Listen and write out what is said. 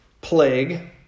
plague